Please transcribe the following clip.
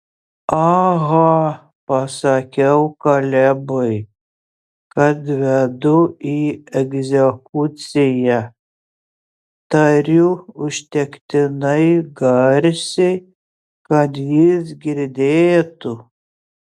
aha pasakiau kalebui kad vedu į egzekuciją tariu užtektinai garsiai kad jis girdėtų